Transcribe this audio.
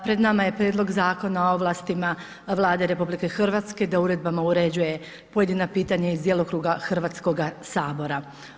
Pred nama je Prijedlog zakona o ovlastima Vlade RH da uredbama uređuje pojedina pitanja iz djelokruga Hrvatskoga sabora.